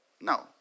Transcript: No